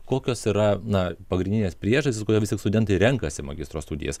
kokios yra na pagrindinės priežastys kodėl vis tik studentai renkasi magistro studijas